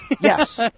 Yes